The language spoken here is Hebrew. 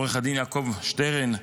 לעו"ד יעקב שטרן,